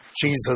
Jesus